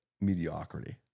mediocrity